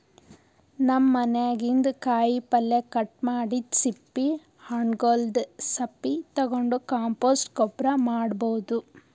ನಮ್ ಮನ್ಯಾಗಿನ್ದ್ ಕಾಯಿಪಲ್ಯ ಕಟ್ ಮಾಡಿದ್ದ್ ಸಿಪ್ಪಿ ಹಣ್ಣ್ಗೊಲ್ದ್ ಸಪ್ಪಿ ತಗೊಂಡ್ ಕಾಂಪೋಸ್ಟ್ ಗೊಬ್ಬರ್ ಮಾಡ್ಭೌದು